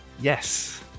Yes